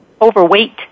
Overweight